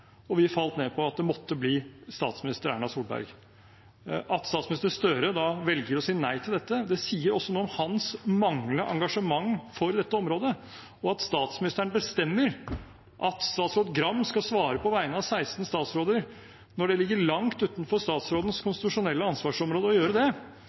og vi falt ned på at det måtte bli statsminister Erna Solberg. At statsminister Støre da velger å si nei til dette, sier også noe om hans manglende engasjement for dette området. Og når statsministeren bestemmer at statsråd Gram skal svare på vegne av 16 statsråder når det ligger langt utenfor statsrådens konstitusjonelle ansvarsområde å gjøre det,